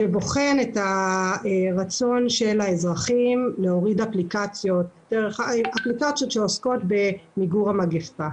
שבוחן את הרצון של האזרחים להוריד אפליקציות שעוסקות במיגור המגפה.